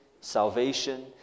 salvation